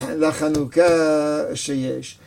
לחנוכה שיש.